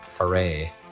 Hooray